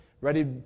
ready